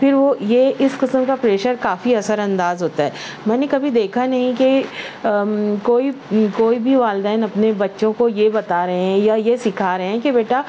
پھر وہ یہ اس قسم کا پریشر کافی اثر انداز ہوتا ہے میں نے کبھی دیکھا نہیں کہ کوئی کوئی بھی والدین اپنے بچوں کو یہ بتا رہے ہیں یا یہ سکھا رہے ہیں کہ بیٹا